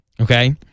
okay